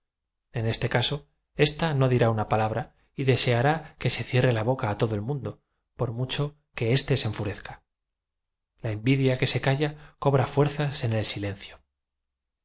en este caso ésta oo dirá una palabra y deseará que se c ie rre ia bocaá todo el mundo por mucho que éste se enfurezca l a envidia que se calla cobra fuerzas en el